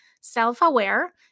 self-aware